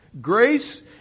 Grace